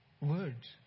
words